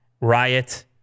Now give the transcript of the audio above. Riot